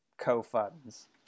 co-funds